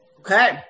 Okay